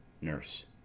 nurse